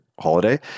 Holiday